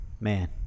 Man